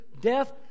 death